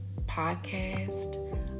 podcast